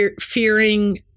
fearing